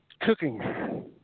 Cooking